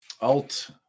Alt